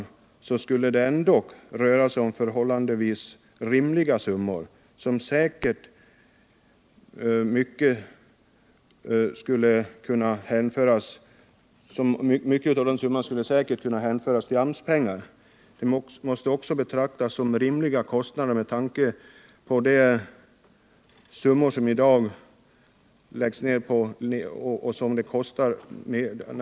Ändå skulle det bara röra sig om förhållandevis rimliga summor, och en hel del skulle säkert kunna hänföras till AMS-arbeten och betalas med pengar som på så sätt anvisas. De aktuella summorna måste betraktas som en rimlig kostnad med tanke på vad nedslitningen av vägen i dag kostar.